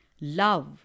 Love